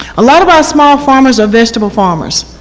a lot of our small farmers are vegetable farmers.